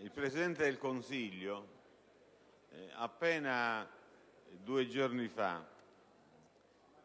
il Presidente del Consiglio appena due giorni fa